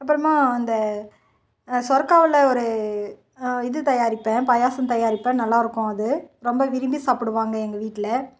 அப்புறமா அந்த சொரக்காவில் ஒரு இது தயாரிப்பேன் பாயசம் தயாரிப்பேன் நல்லாயிருக்கும் அது ரொம்ப விரும்பி சாப்பிடுவாங்க எங்கள் வீட்டில்